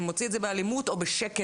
מוציא את זה באלימות או בשקט,